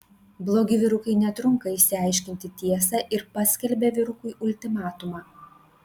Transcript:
blogi vyrukai netrunka išsiaiškinti tiesą ir paskelbia vyrukui ultimatumą